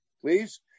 please